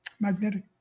magnetic